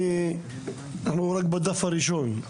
אנחנו רק בדף הראשון.